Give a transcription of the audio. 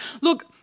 Look